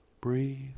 Breathe